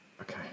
Okay